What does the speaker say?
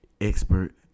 expert